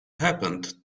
happened